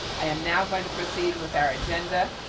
i am now going to proceed with our agenda.